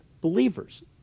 believers